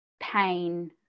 pain